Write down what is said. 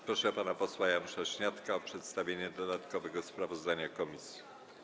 Proszę pana posła Janusza Śniadka o przedstawienie dodatkowego sprawozdania komisji.